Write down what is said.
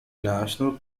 national